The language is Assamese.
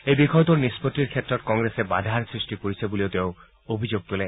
এই বিষয়টোৰ নিষ্পত্তিৰ ক্ষেত্ৰত কংগ্ৰেছে বাধা সৃষ্টি কৰিছে বুলিও তেওঁ অভিযোগ তোলে